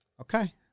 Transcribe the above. Okay